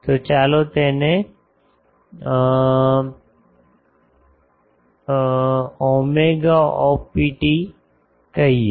તો ચાલો તેને ψopt કહીયે